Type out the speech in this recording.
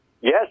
Yes